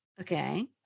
Okay